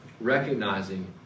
Recognizing